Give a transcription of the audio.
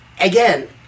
Again